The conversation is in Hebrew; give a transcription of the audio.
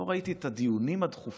לא ראיתי את הדיונים הדחופים